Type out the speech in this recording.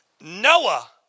Noah